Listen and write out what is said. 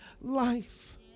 life